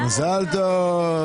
מזל טוב.